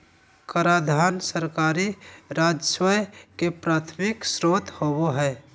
कराधान सरकारी राजस्व के प्राथमिक स्रोत होबो हइ